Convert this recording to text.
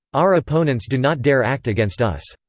our opponents do not dare act against us.